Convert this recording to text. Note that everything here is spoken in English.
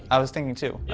i was thinking, too. yeah.